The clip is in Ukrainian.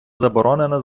заборонена